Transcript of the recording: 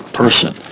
person